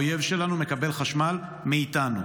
האויב שלנו מקבל חשמל מאיתנו.